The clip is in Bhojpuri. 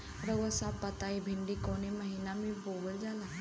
रउआ सभ बताई भिंडी कवने महीना में बोवल जाला?